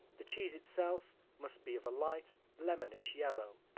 the cheese itself must be of a light, lemonish yellow.